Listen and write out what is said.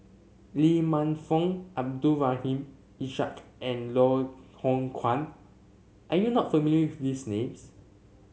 Lee Man Fong Abdul Rahim Ishak and Loh Hoong Kwan are you not familiar with these names